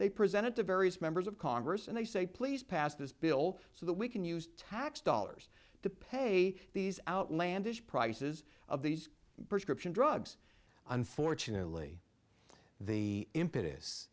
they presented to various members of congress and they say please pass this bill so that we can use tax dollars to pay these outlandish prices of these prescription drugs unfortunately the impetus